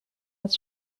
het